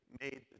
made